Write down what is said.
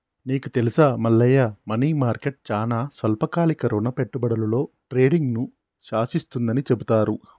నీకు తెలుసా Mallayya money market చానా స్వల్పకాలిక రుణ పెట్టుబడులలో ట్రేడింగ్ను శాసిస్తుందని చెబుతారు